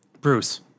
Bruce